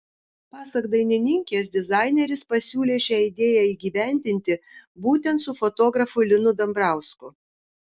pasak dainininkės dizaineris pasiūlė šią idėją įgyvendinti būtent su fotografu linu dambrausku